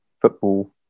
Football